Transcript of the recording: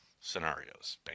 scenarios